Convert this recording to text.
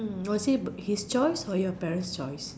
was it his choice or your parents choice